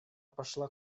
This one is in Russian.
пошла